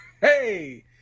Hey